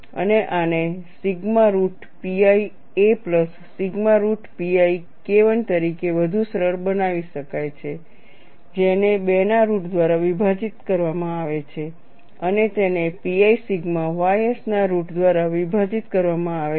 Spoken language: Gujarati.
અને આને sigma root pi a plus sigma root pi KI તરીકે વધુ સરળ બનાવી શકાય છે જેને 2 ના રુટ દ્વારા વિભાજિત કરવામાં આવે છે અને તેને pi સિગ્મા ys ના રુટ દ્વારા વિભાજિત કરવામાં આવે છે